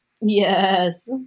yes